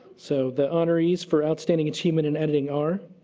so the honorees for outstanding achievement in editing are.